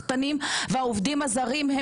והעובדים הזרים סחטנים,